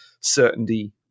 certainty